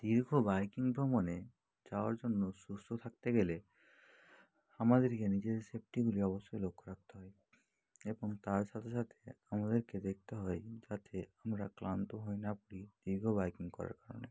দীর্ঘ বাইকিং ভ্রমণে যাওয়ার জন্য সুস্থ থাকতে গেলে আমাদেরকে নিজেদের সেফটিগুলি অবশ্যই লক্ষ রাখতে হয় এবং তার সাথে সাথে আমাদেরকে দেখতে হয় যাতে আমরা ক্লান্ত হয়ে না পড়ি দীর্ঘ বাইকিং করার কারণে